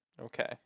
Okay